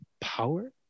power